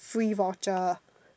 free voucher